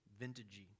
vintagey